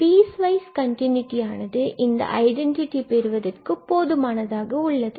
அதாவது பீஸ்வைஸ் கண்டினுடியானது இந்த ஐடென்டிடி பெறுவதற்கு போதுமானதாக உள்ளது